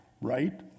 right